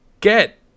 get